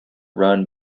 run